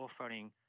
offering